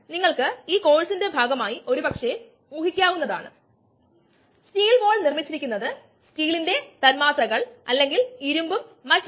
rgP rcPddt ഉൽപ്പന്നത്തിന്റെ ഉപഭോഗം ഇല്ലെന്ന് നമ്മൾ ഊഹിക്കുകയാണെങ്കിൽ ഉൽപ്പന്നത്തിന്റെ ഉൽപാദന നിരക്ക് ഇവിടെ ഉൽപ്പന്നത്തിന്റെ ശേഖരണനിരക്കിന് തുല്യമാണ് ഉത്പാദന നിരക്ക്